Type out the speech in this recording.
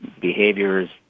behaviors